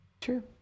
true